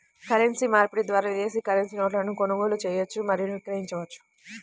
currency మార్పిడి ద్వారా విదేశీ కరెన్సీ నోట్లను కొనుగోలు చేయవచ్చు మరియు విక్రయించవచ్చు